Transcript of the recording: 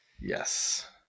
Yes